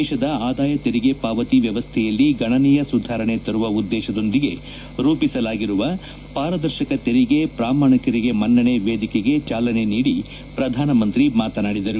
ದೇತದ ಆದಾಯ ತೆರಿಗೆ ಪಾವತಿ ವ್ಯವಸ್ಥೆಯಲ್ಲಿ ಗಣನೀಯ ಸುಧಾರಣೆ ತರುವ ಉದ್ಗೇಶದೊಂದಿಗೆ ರೂಪಿಸಲಾಗಿರುವ ಪಾರದರ್ಶಕ ತೆರಿಗೆ ಪ್ರಾಮಾಣಿಕರಿಗೆ ಮನ್ನಣೆ ವೇದಿಕೆಗೆ ಚಾಲನೆ ನೀಡಿ ಪ್ರಧಾನಿ ಮಾತನಾಡಿದರು